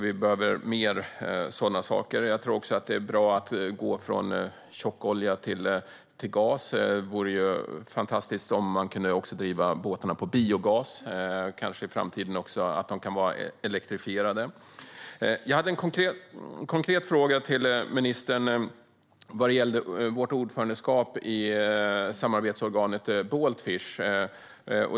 Vi behöver mer sådana saker. Jag tror också att det är bra att gå från tjockolja till gas. Det vore ju fantastiskt om man kunde driva båtarna på biogas. Kanske kan de också elektrifieras i framtiden. Jag hade en konkret fråga till ministern om vårt ordförandeskap i samarbetsorganet Baltfish.